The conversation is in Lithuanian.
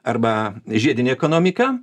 arba žiedinė ekonomika